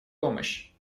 помощь